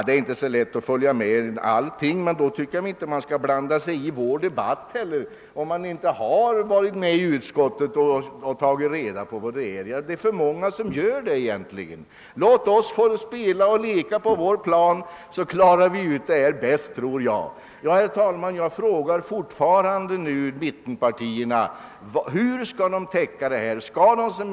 Det är inte så lätt att följa med allting, men har man inte varit med i utskottet och tagit reda på hur det förhåller sig, tycker jag inte man bör blanda sig i vår debatt. Det är alltför många som gör det. Låt oss spela och leka på vår plan, så klarar vi ut det här bäst! Herr talman! Jag frågar fortfarande mittenpartierna hur de skall få täckning för sina förslag.